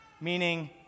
meaning